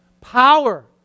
Power